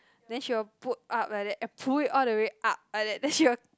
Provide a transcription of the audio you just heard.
then she will put up like that and pull it all the way up like that then she was